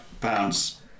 pounds